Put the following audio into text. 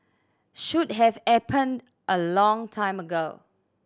should have happened a long time ago